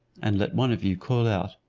and let one of you call out,